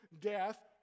death